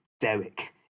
Derek